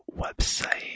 website